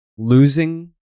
Losing